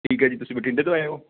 ਠੀਕ ਹੈ ਜੀ ਤੁਸੀਂ ਬਠਿੰਡੇ ਤੋਂ ਆਏ ਹੋ